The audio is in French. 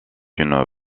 une